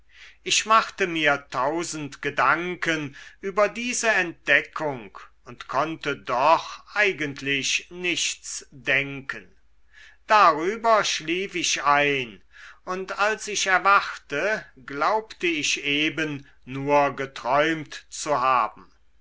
ich machte mir tausend gedanken über diese entdeckung und konnte doch eigentlich nichts denken darüber schlief ich ein und als ich erwachte glaubte ich eben nur geträumt zu haben